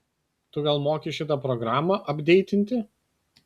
tu gal moki šitą programą apdeitinti